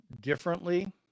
differently